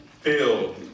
filled